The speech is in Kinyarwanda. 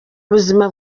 buzima